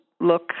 look